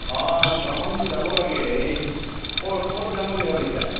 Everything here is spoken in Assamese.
অঁ ভ্ৰমণটো যাব লাগে এই ক' ক'ত যাম বুলি ভাবিছা